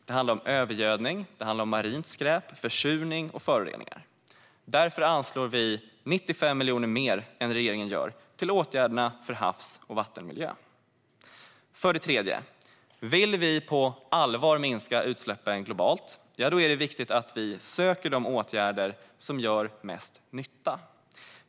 Det handlar om övergödning, marint skräp, försurning och föroreningar. Därför anslår vi 95 miljoner mer än regeringen till åtgärderna för havs och vattenmiljö. För det tredje är det viktigt att vi söker de åtgärder som gör mest nytta om vi på allvar vill minska utsläppen globalt.